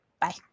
Bye